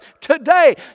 today